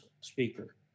speaker